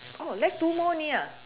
left two more only